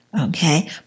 Okay